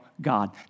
God